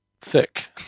thick